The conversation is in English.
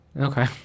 Okay